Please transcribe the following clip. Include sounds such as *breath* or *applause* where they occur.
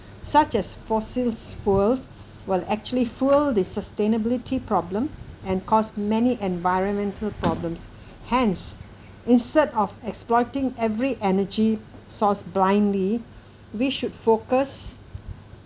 such as fossils fuels will actually fuel the sustainability problem and cause many environmental problems *breath* hence instead of exploiting every energy source blindly we should focus